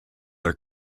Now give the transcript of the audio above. are